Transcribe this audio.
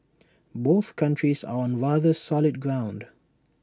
both countries are on rather solid ground